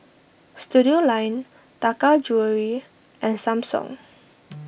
Studioline Taka Jewelry and Samsung